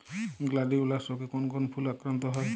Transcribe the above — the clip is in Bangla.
গ্লাডিওলাস রোগে কোন কোন ফুল আক্রান্ত হয়?